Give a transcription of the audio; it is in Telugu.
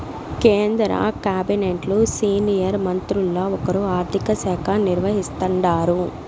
కేంద్ర కాబినెట్లు సీనియర్ మంత్రుల్ల ఒకరు ఆర్థిక శాఖ నిర్వహిస్తాండారు